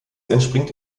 entspringt